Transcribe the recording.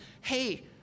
hey